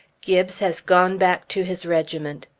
gibbes has gone back to his regiment.